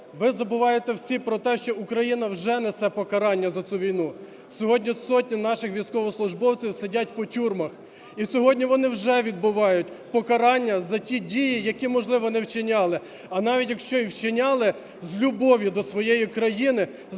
ви забуваєте всі про те, що Україна вже несе покарання за цю війну. Сьогодні сотні наших військовослужбовців сидять по тюрмах і сьогодні вони вже відбувають покарання за ті дії, які, можливо, не вчиняли. А навіть якщо і вчиняли, з любов'ю до своєї країни,